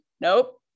Nope